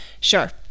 sure